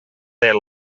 their